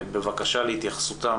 בבקשה להתייחסותם